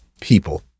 people